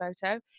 photo